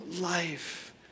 life